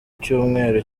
cyumweru